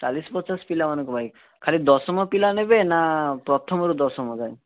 ଚାଳିଶ ପଚାଶ ପିଲାମାନଙ୍କ ପାଇଁ ଖାଲି ଦଶମ ପିଲା ନେବେ ନା ପ୍ରଥମରୁ ଦଶମ ଯାଏଁ